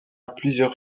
plusieurs